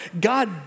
God